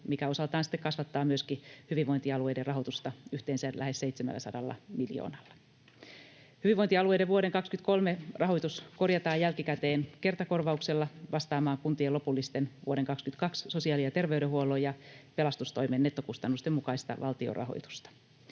mikä osaltaan sitten kasvattaa myöskin hyvinvointialueiden rahoitusta yhteensä lähes 700 miljoonalla. Hyvinvointialueiden vuoden 23 rahoitus korjataan jälkikäteen kertakorvauksella vastaamaan kuntien lopullista vuoden 22 sosiaali- ja terveydenhuollon ja pelastustoimen nettokustannusten mukaista valtionrahoitusta.